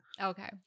Okay